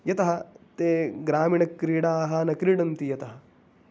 यतः ते ग्रामीणक्रीडाः न क्रीडन्ति यतः